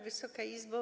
Wysoka Izbo!